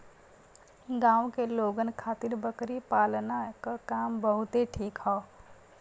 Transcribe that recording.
गांव के लोगन खातिर बकरी पालना क काम बहुते ठीक हौ